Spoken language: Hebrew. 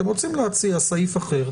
אתם רוצים להציע סעיף אחר?